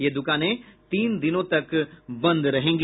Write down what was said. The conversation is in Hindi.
ये दुकानें तीन दिनों तक बंद रहेंगी